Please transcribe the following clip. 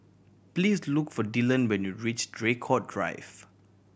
please look for Dillon when you reach Draycott Drive